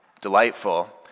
delightful